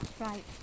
Right